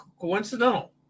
coincidental